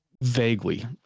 vaguely